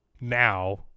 Now